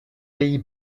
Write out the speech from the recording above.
pays